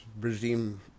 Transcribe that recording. regime